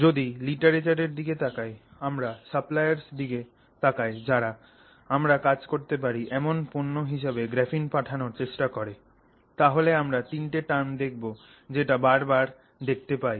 যদি লিটারেচারের দিকে তাকাই আমরা সরবরাহকারীদের দিকে তাকাই যারা আমরা কাজ করতে পারি এমন পণ্য হিসাবে গ্রাফিন পাঠানোর চেষ্টা করে তাহলে আমরা তিনটে টার্ম দেখবো যেটা বার বার দেখতে পাই